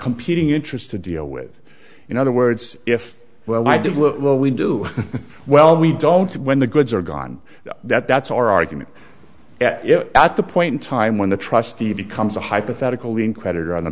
competing interest to deal with in other words if well i do what we do well we don't when the goods are gone that's our argument at the point in time when the trustee becomes a hypothetical being creditor on the